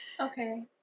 Okay